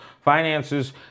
finances